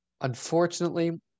unfortunately